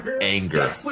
anger